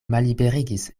malliberigis